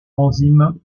enzyme